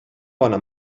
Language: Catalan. bona